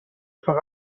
فقط